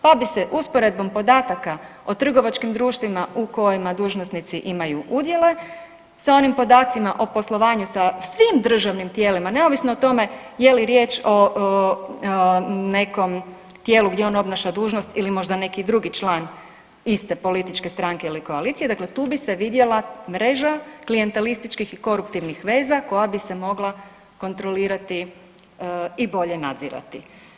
Pa bi se usporedbom podataka o trgovačkim društvima u kojima dužnosnici imaju udjele sa onim podacima o poslovanju sa svim državnim tijelima, neovisno o tome je li riječ o nekom tijelu gdje on obnaša dužnost ili možda neki drugi član iste političke stranke ili koalicije, dakle tu bi se vidjela mreža klijentelističkih i koruptivnih veza koja bi se mogla kontrolirati i bolje nadzirati.